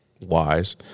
wise